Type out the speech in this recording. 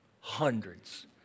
hundreds